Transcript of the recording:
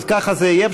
אם ככה זה יהיה,